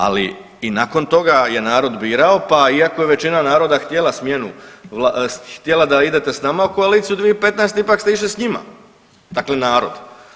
Ali i nakon toga je narod birao, pa iako je većina naroda htjela smjenu, htjela da idete sa nama u koaliciju 2015. ipak ste išli sa njima, dakle narod.